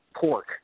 pork